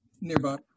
nearby